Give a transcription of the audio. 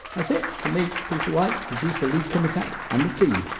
that's it, from me, peter white, producer lee kumutat and the team,